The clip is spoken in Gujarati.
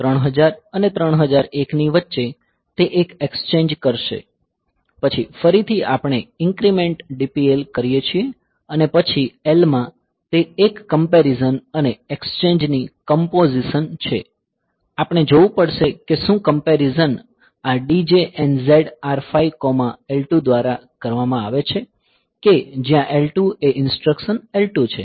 3000 અને 3001 ની વચ્ચે તે એક એક્ષચેન્જ કરશે પછી ફરીથી આપણે INC DPL કરીએ છીએ અને પછી L માં તે એક કમ્પેરીઝન અને એક્ષચેન્જની કોમ્પોઝીશન છે આપણે જોવું પડશે કે શું કમ્પેરીઝન આ DJNZ R5L 2 દ્વારા કરવામાં આવે છે કે જ્યાં L 2 એ ઈન્સ્ટ્રકસન L2 છે